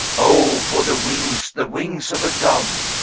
o for the wings, the wings of a dove,